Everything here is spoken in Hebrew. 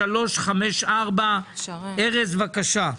002354). ארז אורעד, בבקשה.